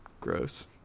gross